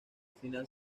final